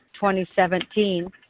2017